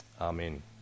Amen